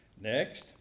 Next